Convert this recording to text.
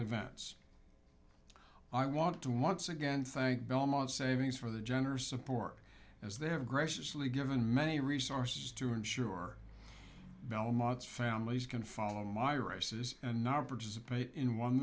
events i want to once again thank belmont savings for the generous support as they have graciously given many resources to ensure belmont's families can follow my races and not